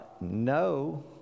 no